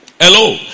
Hello